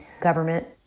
government